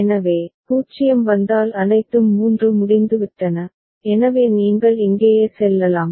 எனவே 0 வந்தால் அனைத்தும் 3 முடிந்துவிட்டன எனவே நீங்கள் இங்கேயே செல்லலாம்